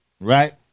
Right